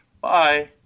bye